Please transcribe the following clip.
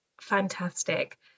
fantastic